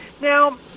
Now